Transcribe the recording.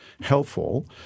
helpful